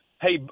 Hey